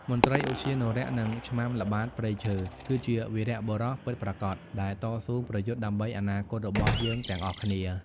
មន្ត្រីឧទ្យានុរក្ស និងឆ្មាំល្បាតព្រៃឈើ គឺជា វីរបុរសពិតប្រាកដ ដែលតស៊ូប្រយុទ្ធដើម្បីអនាគតរបស់យើងទាំងអស់គ្នា។